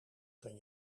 kan